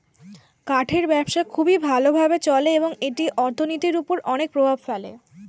কাঠের ব্যবসা খুবই ভালো ভাবে চলে এবং এটি অর্থনীতির উপর অনেক প্রভাব ফেলে